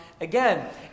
again